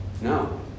No